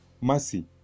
mercy